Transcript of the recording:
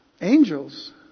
Angels